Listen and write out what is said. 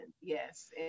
Yes